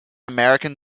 american